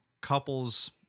couples